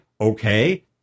okay